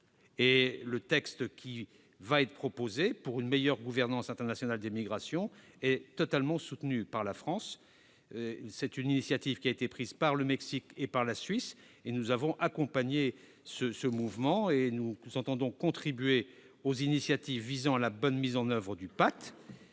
Et le texte qui va être proposé pour une meilleure gouvernance internationale des migrations est soutenu sans réserve par la France. Cette initiative émane du Mexique et de la Suisse ; nous avons accompagné ce mouvement, et nous entendons contribuer aux démarches visant à la bonne mise en oeuvre du pacte.